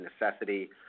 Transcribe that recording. necessity